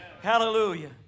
Hallelujah